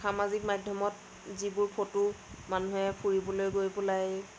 সামাজিক মাধ্যমত যিবোৰ ফটো মানুহে ফুৰিবলৈ গৈ পেলাই